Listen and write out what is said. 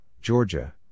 Georgia